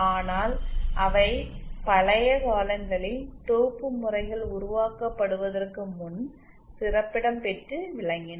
ஆனால் அவை பழைய காலங்களில் தொகுப்பு முறைகள் உருவாக்கப்படுவதற்கு முன் சிறப்பிடம் பெற்று விளங்கின